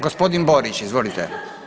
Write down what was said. Gospodin Borić, izvolite.